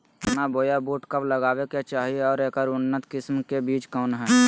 चना बोया बुट कब लगावे के चाही और ऐकर उन्नत किस्म के बिज कौन है?